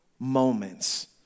moments